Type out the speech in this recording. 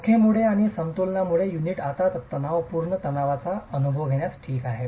रोखेमुळे आणि समतोलपणामुळे युनिट आता तणावपूर्ण तणावाचा अनुभव घेण्यास ठीक आहे